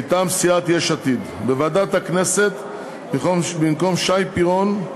מטעם סיעת יש עתיד, בוועדת הכנסת, במקום שי פירון,